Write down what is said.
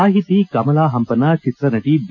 ಸಾಹಿತಿ ಕಮಲಾ ಹಂಪನಾ ಚಿತ್ರ ನಟಿ ಬಿ